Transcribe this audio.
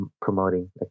promoting